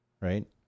right